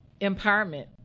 empowerment